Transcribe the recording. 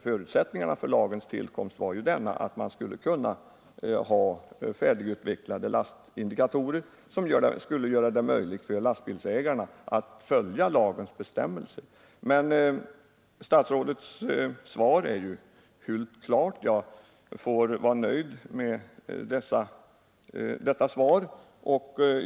Förutsättningen för lagens tillkomst var ju att man hade färdigutvecklade lastindikatorer till förfogande, vilka skulle göra det möjligt för lastbilsägarna att följa bestämmelserna. Statsrådets svar är ju fullt klart. Jag får vara nöjd med det.